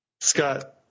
Scott